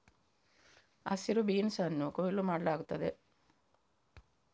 ಹಸಿರು ಬೀನ್ಸ್ ಅನ್ನು ಕೊಯ್ಲು ಮಾಡಲಾಗುತ್ತದೆ